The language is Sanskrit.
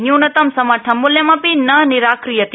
न्यूनतम समर्थनमूल्यमपि न निराक्रियते